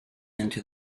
into